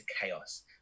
chaos